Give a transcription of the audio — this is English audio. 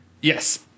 Yes